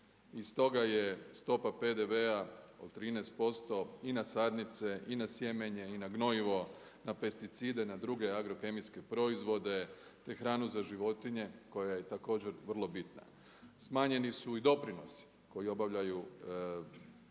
i stoga je stopa PDV-a od 13% i na sadnice, i na sjemenje, i na gnojivo, na pesticide i na druge agrokemijske proizvode, te hranu za životinje koja je također vrlo bitna. Smanjeni su i doprinosi koji obavljaju, znači